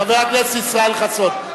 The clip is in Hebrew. חבר הכנסת ישראל חסון,